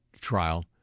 trial